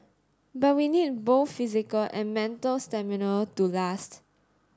but we need both physical and mental stamina to last